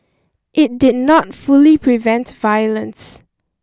it did not fully prevent violence